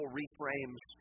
reframes